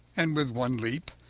and with one leap,